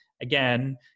again